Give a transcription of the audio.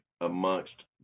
amongst